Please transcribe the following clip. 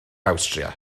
awstria